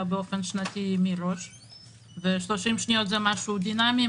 באופן שנתי מראש ואילו 30 שניות זה דבר דינמי.